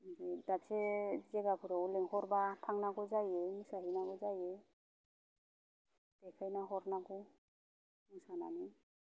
ओमफ्राय दाबसे जायगाफोरावबो लेंहरबा थांनांगौ जायो मोसाहैनांगौ जायो देखायना हरनांगौ मोसानानै